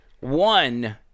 one